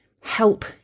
help